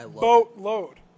boatload